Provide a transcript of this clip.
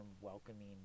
welcoming